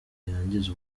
yangiza